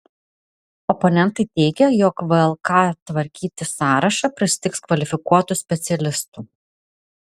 oponentai teigia jog vlk tvarkyti sąrašą pristigs kvalifikuotų specialistų